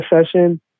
session